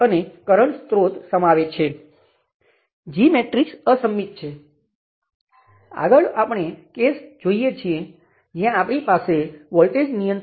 તેથી Ix ને બદલે આપણી પાસે I1 I3 છે તેથી આપણી પાસે Rm × I1 I3 હશે